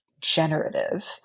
generative